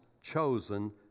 chosen